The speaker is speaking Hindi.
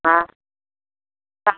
हाँ कम